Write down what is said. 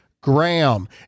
Graham